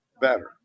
better